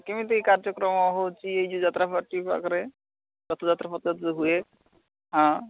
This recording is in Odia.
କେମିତି କାର୍ଯ୍ୟକ୍ରମ ହେଉଛି ଏଇ ଯେଉଁ ଯାତ୍ରା ପାର୍ଟି ପାଖରେ ରଥ ଯାତ୍ରା ପଥ ଯାତ୍ରା ହୁଏ ହଁ